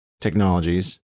technologies